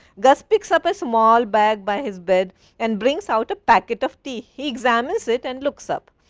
gus picks up a small bag by his bed and brings out a packet of tea. he examines it and looks up.